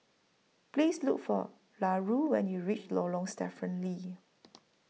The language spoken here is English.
Please Look For Larue when YOU REACH Lorong Stephen Lee